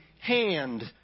hand